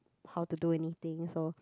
how to do anything so